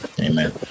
amen